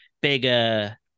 bigger